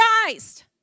Christ